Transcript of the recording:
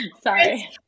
sorry